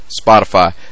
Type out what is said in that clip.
spotify